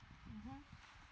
mmhmm